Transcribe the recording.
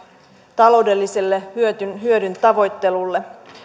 taloudellisen hyödyn tavoittelulle